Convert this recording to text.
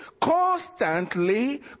constantly